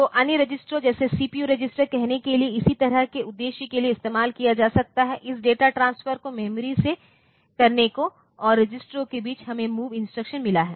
तो अन्य रजिस्टरों जैसे सीपीयू रजिस्टर कहने के लिए इसी तरह के उद्देश्य के लिए इस्तेमाल किया जा सकता है इस डेटा ट्रांसफर को मेमोरी से करने को और रजिस्टरों के बीच हमें MOV इंस्ट्रक्शन मिला है